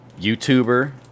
YouTuber